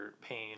pain